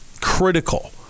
critical